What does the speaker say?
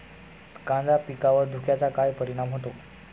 कांदा पिकावर धुक्याचा काय परिणाम होतो?